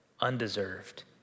undeserved